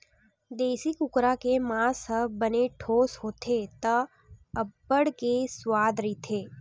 देसी कुकरा के मांस ह बने ठोस होथे त अब्बड़ के सुवाद रहिथे